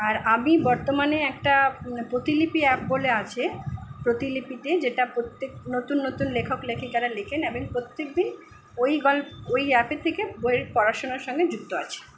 আর আমি বর্তমানে একটা প্রতিলিপি অ্যাপ বলে আছে প্রতিলিপিতে যেটা প্রত্যেক নতুন নতুন লেখক লেখিকারা লেখেন এবং প্রত্যেক দিন ওই ওই অ্যাপে থেকে বইয়ের পড়াশুনোর সঙ্গে যুক্ত আছি